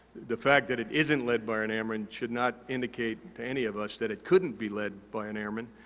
the fact that it isn't led by an airman should not indicate to any of us that it couldn't be led by an airman.